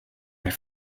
bei